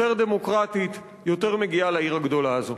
יותר דמוקרטית, יותר מגיעה לעיר הגדולה הזאת.